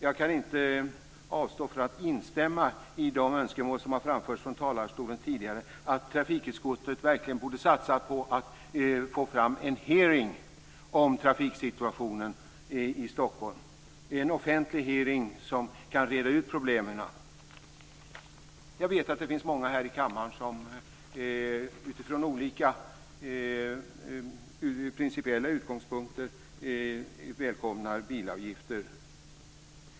Jag kan inte avstå från att instämma i de önskemål som har framförts från talarstolen tidigare om att trafikutskottet verkligen borde satsa på att få till stånd en offentlig hearing om trafiksituationen i Stockholm som kan reda ut problemen. Jag vet att det finns många här i kammaren som från olika principiella utgångspunkter välkomnar bilavgifter.